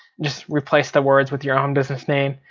just replace the words with your own business name.